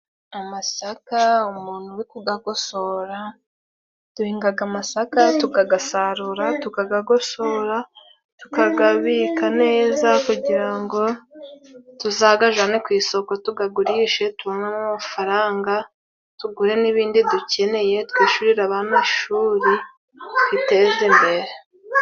Amasaka umuntu uri kuyagosora. Duhinga amasaka tukayasarura, tukayagosora, tukayabika neza kugira ngo tuzayajyane ku isoko, tuyagurishe tubonemo amafaranga, tugure n'ibindi dukeneye, twishyurire abana ishuri, twiteze imbere.